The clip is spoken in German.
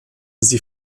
sie